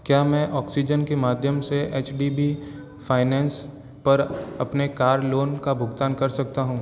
क्या मैं ऑक्सीजन के माध्यम से एच डी बी फ़ाइनेंस पर अपने कार लोन का भुगतान कर सकता हूँ